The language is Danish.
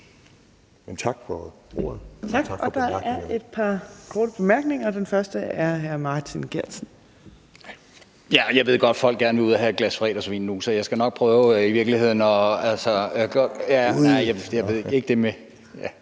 tak for ordet,